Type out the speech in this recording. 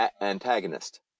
antagonist